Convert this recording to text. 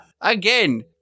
Again